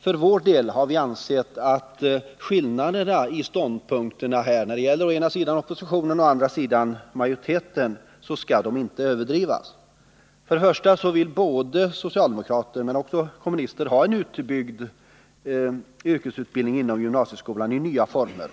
För vår del har vi ansett att skillnaderna i ståndpunkter mellan oppositionen och majoriteten inte bör överdrivas. För det första vill både socialdemokrater och kommunister ha en utbyggd yrkesutbildning inom gymnasieskolan i nya former.